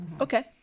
Okay